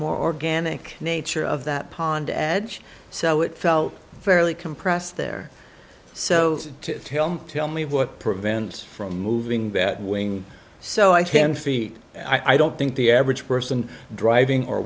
more organic nature of that pond edge so it felt fairly compressed there so to tell me what prevents from moving that wing so i can feet i don't think the average person driving or